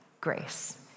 grace